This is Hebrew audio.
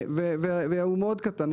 והוא מאוד קטן,